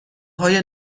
های